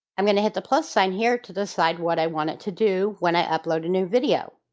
i'm going to hit the plus sign here to decide what i want it to do when i upload a new video.